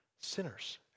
sinners